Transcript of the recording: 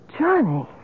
Johnny